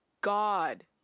God